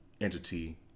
entity